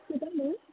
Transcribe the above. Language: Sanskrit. कुतः